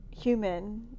human